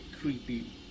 Creepy